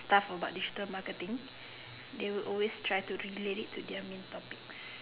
staff about digital marketing they will always try to relate it to their main topics